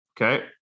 Okay